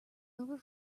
over